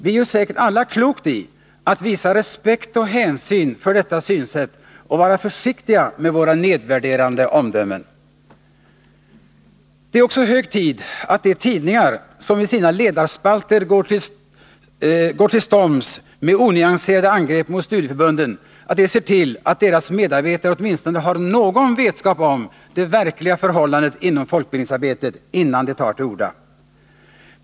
Vi gör säkert alla klokt i att visa respekt och hänsyn för detta synsätt och att vara försiktiga med våra nedvärderande omdömen. Det är också hög tid att de tidningar som i sina ledarspalter går till storms med onyanserade angrepp mot studieförbunden ser till att deras medarbetare har åtminstone någon vetskap om det verkliga förhållandet inom folkbildningsarbetet, innan de tar till orda.